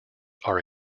are